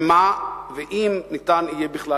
ואם ניתן בכלל